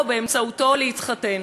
גם כלות שתגענה,